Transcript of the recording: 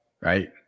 right